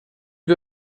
wir